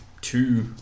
two